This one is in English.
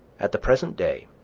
at the present day,